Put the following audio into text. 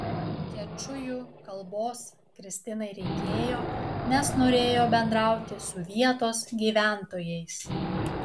kečujų kalbos kristinai reikėjo nes norėjo bendrauti su vietos gyventojais